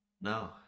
No